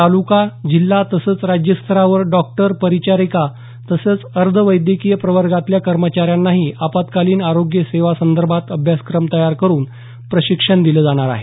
तालुका जिल्हा तसंच राज्यस्तरावर डॉक्टर परिचारिका तसंच अर्ध वैद्यकीय प्रवर्गातल्या कर्मचाऱ्यांनाही आपातकालीन आरोग्य सेवासंदर्भात अभ्यासक्रम तयार करुन प्रशिक्षण दिलं जाणार आहे